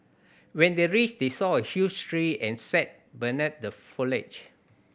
when they reached they saw a huge tree and sat beneath the foliage